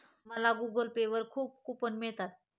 मला Google Pay वर खूप कूपन मिळतात